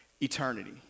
eternity